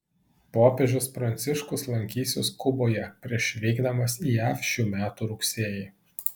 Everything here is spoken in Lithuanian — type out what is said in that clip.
popiežius pranciškus lankysis kuboje prieš vykdamas į jav šių metų rugsėjį